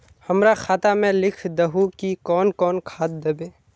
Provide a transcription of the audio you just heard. हमरा खाता में लिख दहु की कौन कौन खाद दबे?